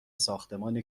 ساختمان